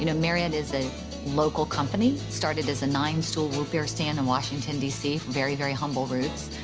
you know marriott is a local company, started as a nine-stool root beer stand in washington, d c, very, very humble roots.